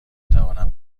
توانم